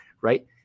right